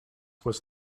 was